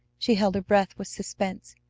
she held her breath with suspense.